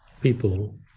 people